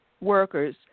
workers